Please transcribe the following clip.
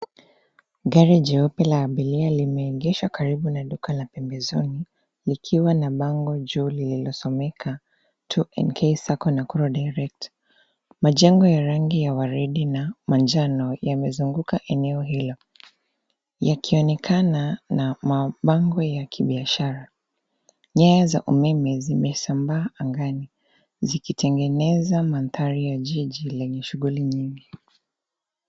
Gari jeupe la abiria limeegeshwa karibu na duka la pembezoni likiwa na banga juu lililosomeka 2NK SACCO NAKURU DIRECT Majengo ya rangi ya waridi na manjano yamezunguka eneo hilo. Yakionekana na mabango ya kibiashara. Nyaya za umeme zimesambaa angani zikitengeneza mandhari ya jiji lenye shughuli nyingi.